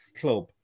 club